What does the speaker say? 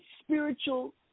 spiritual